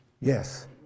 yes